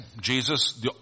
Jesus